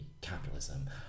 capitalism